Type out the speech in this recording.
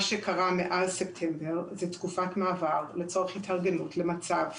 מה שקרה מאז ספטמבר זה תקופת מעבר לצורך התארגנות למצב